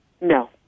No